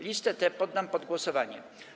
Listę tę poddam pod głosowanie.